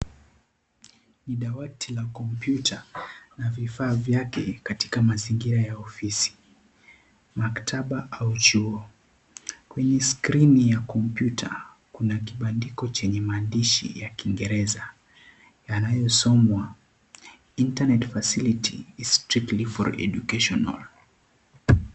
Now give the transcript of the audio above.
Ni dawati la kompyuta na vifaa vyake katika mazingira ya ofisi, maktaba au chuo kwenye skrini ya kompyuta kuna kibandiko chenye maandishi ya kiingereza yanayosomwa internet facility is strictly for educational .